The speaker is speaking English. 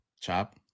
Chop